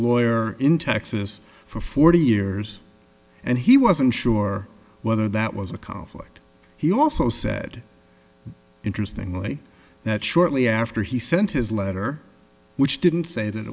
lawyer in texas for forty years and he wasn't sure whether that was a conflict he also said interestingly that shortly after he sent his letter which didn't say that